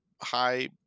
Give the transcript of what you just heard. high